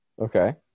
Okay